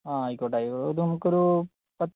ആ ആയിക്കോട്ടെ ആയിക്കോട്ടെ അത് നമുക്കൊരു